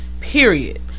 Period